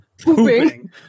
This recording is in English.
pooping